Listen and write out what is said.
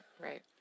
Right